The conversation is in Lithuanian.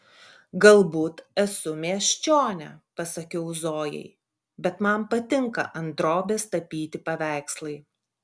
galbūt esu miesčionė pasakiau zojai bet man patinka ant drobės tapyti paveikslai